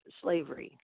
slavery